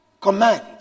command